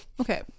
Okay